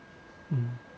um